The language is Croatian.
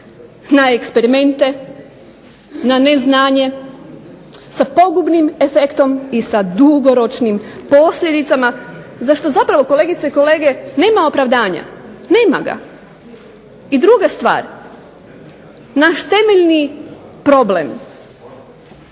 na eksperimente, na neznanje sa pogubnim efektom i sa dugoročnim posljedicama za što kolegice i kolege nema opravdanja. I druga stvar naš temeljni problem,